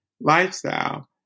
lifestyle